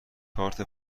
کارت